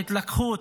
להתלקחות.